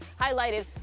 highlighted